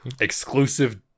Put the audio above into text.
exclusive